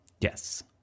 Yes